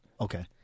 Okay